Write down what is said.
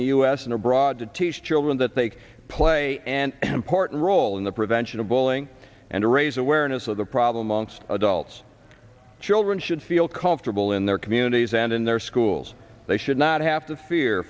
the u s and abroad to teach children that they can play and important role in the prevention of bowling and to raise awareness of the problem wants adults children should feel comfortable in their communities and in their schools they should not have to fear